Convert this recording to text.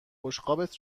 بشقابت